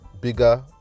bigger